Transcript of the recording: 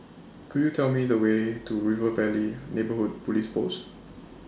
Could YOU Tell Me The Way to River Valley Neighbourhood Police Post